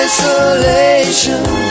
Isolation